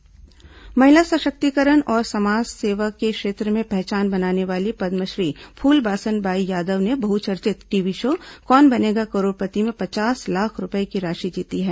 Phulbasan Bai KBC महिला सशक्तिकरण और समाज सेवा के क्षेत्र में पहचान बनाने वाली पद्मश्री फूलबासन बाई यादव ने बहुचर्चित टीवी शो कौन बनेगा करोड़पति में पचास लाख रूपये की राशि जीती है